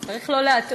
צריך לא להטעות.